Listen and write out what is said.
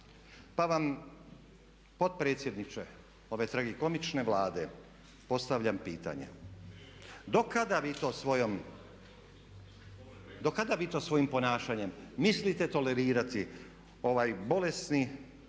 Pa vam potpredsjedniče ove tragikomične Vlade postavljam pitanje, do kada vi to svojim ponašanjem mislite tolerirati ova bolesni,